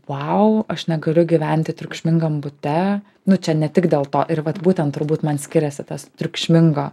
vau aš negaliu gyventi triukšmingam bute nu čia ne tik dėl to ir vat būtent turbūt man skiriasi tas triukšminga